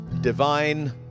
divine